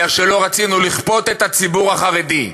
כי לא רצינו לכפות את הציבור החרדי,